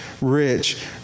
rich